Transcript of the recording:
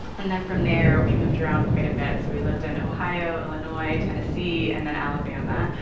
and then from there, we moved around quite a bit, so we lived in ohio, illinois, tennessee, and then alabama.